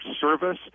service